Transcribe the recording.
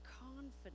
confidence